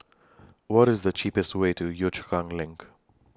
What IS The cheapest Way to Yio Chu Kang LINK